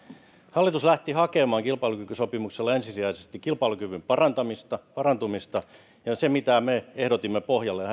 hallitus lähti hakemaan kilpailukykysopimuksella ensisijaisesti kilpailukyvyn parantumista ja se mitä me ehdotimme pohjalle